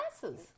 glasses